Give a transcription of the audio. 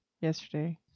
yesterday